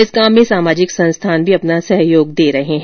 इस काम में सामाजिक संस्थान भी अपना सहयोग दे रहे है